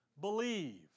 Believe